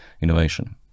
innovation